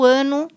ano